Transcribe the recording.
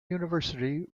university